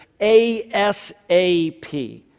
ASAP